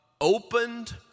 opened